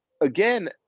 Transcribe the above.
again